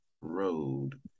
road